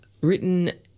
written